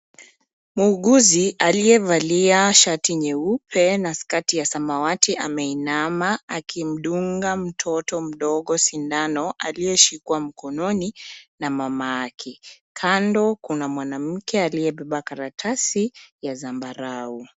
Muuguzi aliye valia shati nyeupe na sketi ya samawati ameinama akimdunga mtoto mdogo sindano aliye shikwa mkononi na mama yake. Kando kina mwanamke aliye beba karatasi ya zambarau.